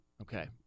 Okay